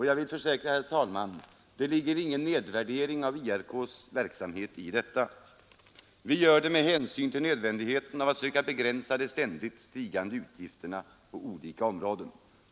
Jag vill försäkra, herr talman, att det inte ligger någon nedvärdering av IRK s verksamhet i detta. Vi gör det med hänsyn till nödvändigheten att söka begränsa de stigande utgifterna på olika områden.